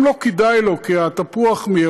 אם לא כדאי לו כי התפוח מאירופה,